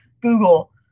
Google